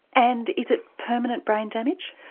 and is it permanent brain damage?